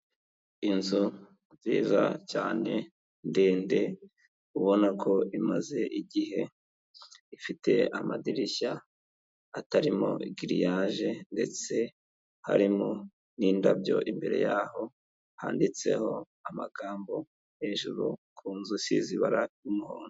Inzu nziza cyane ndende ubona ko imaze igihe ifite amadirishya atarimo giriyaje ndetse harimo n'indabyo imbere yaho handitseho amagambo hejuru ku nzu isize ibara ry'umuhondo.